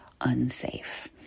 unsafe